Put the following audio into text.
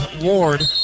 Ward